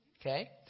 Okay